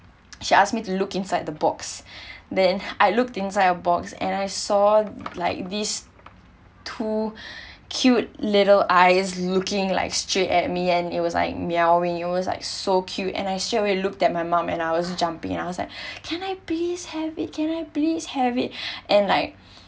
she ask me to look inside the box then I looked inside the box and I saw like these two cute little eyes looking like straight at me and it was like meowing it was like so cute and I straight away looked at my mom and I was jumping and I was like can I please have it can I please have it and like